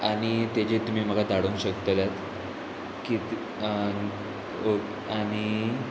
आनी तेजेर तुमी म्हाका धाडूंक शकतल्यात कित आनी